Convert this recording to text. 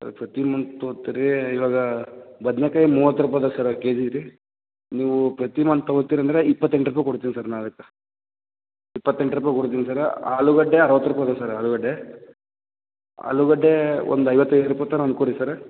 sir ಪ್ರತಿ month ತೊಗೋತೀರಿ ಇವಾಗ ಬದ್ನೇಕಾಯಿ ಮೂವತ್ತು ರೂಪಾಯಿ ಇದೆ ಸರ್ ಕೆ ಜಿಗೆ ನೀವು ಪ್ರತಿ ಮಂತ್ ತಗೋತ್ತೀರಿ ಅಂದರೆ ಇಪ್ಪತ್ತೆಂಟು ರೂಪಾಯಿ ಕೊಡ್ತೀವಿ ಸರ್ ನಾಳಿಂದ ಇಪ್ಪತ್ತೆಂಟು ರೂಪಾಯಿ ಕೊಡ್ತೀವಿ ಸರ ಆಲೂಗಡ್ಡೆ ಅರುವತ್ತು ರೂಪಾಯಿ ಇದೆ ಸರ್ ಆಲೂಗಡ್ಡೆ ಆಲೂಗಡ್ಡೆ ಒಂದು ಐವತ್ತೈದು ರೂಪಾಯಿ ಥರ ಹಂಗ್ ಕೊಡಿ ಸರ